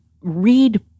Read